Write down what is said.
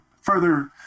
further